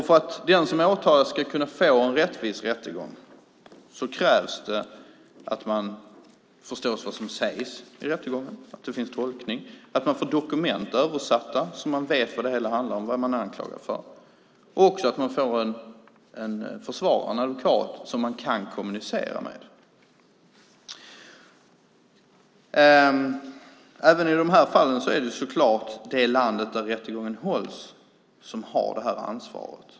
För att den som åtalas ska kunna få en rättvis rättegång krävs det att man förstår vad som sägs i rättegången, att det finns tolkning, att man får dokument översatta så att man vet vad det hela handlar om, vad man är anklagad för, och att man får en försvarare, en advokat, som man kan kommunicera med. Även i de här fallen är det självklart det land där rättegången hålls som har det här ansvaret.